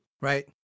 right